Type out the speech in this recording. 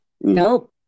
Nope